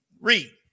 Read